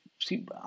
See